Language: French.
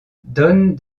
donnent